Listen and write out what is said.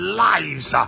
lives